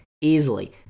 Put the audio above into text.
easily